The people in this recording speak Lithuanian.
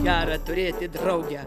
gera turėti draugę